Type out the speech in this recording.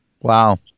Wow